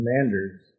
commanders